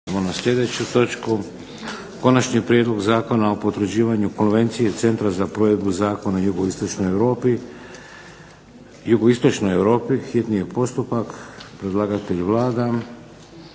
na sljedeću točku - Konačni prijedlog Zakona o potvrđivanju Konvencije centra za provedbu zakona u Jugoistočnoj Europi, hitni je postupak. Predlagatelj Vlada